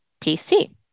PC